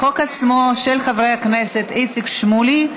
החוק עצמו של חברי הכנסת איציק שמולי,